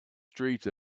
streets